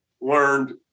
learned